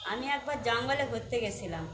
আমি একবার জঙ্গলে ঘুরতে গিয়েছিলাম